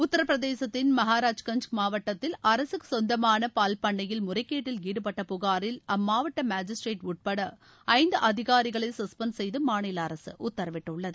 உத்தரப்பிரதேசத்தின் மகாராஜ்கஞ்ச் மாவட்டத்தில் அரசுக்கு சொந்தமான பால்பண்ணையில் முறைகேட்டில் ஈடுபட்ட புகாரில் அம்மாவட்ட மேஜிஸ்ட்ரேட் உட்பட ஐந்து அதிகாரிகளை சஸ்பென்ட் செய்து மாநில அரசு உத்தரவிட்டுள்ளது